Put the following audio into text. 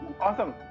Awesome